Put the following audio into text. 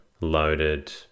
loaded